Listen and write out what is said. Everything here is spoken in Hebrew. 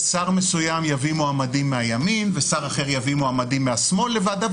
ושר מסוים יביא מועמדים מהימין ושר אחר יביא מועמדים מהשמאל לוועדה,